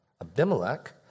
Abimelech